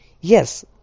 Yes